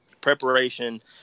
preparation